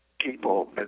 people